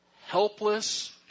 helpless